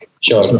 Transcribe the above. Sure